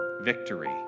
victory